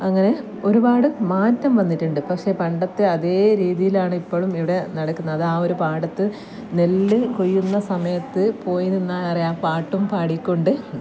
അങ്ങനെ ഒരുപാട് മാറ്റം വന്നിട്ടുണ്ട് പക്ഷേ പണ്ടത്തെ അതേ രീതിയിലാണ് ഇപ്പോളും ഇവിടെ നടക്കുന്നത് അത് ആ ഒരു പാടത്ത് നെല്ല് കൊയ്യുന്ന സമയത്ത് പോയി നിന്നാൽ അറിയാം പാട്ടും പാടി കൊണ്ട്